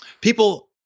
people